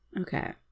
Okay